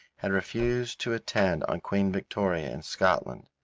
had refused to attend on queen victoria in scotland.